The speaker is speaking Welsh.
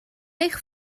eich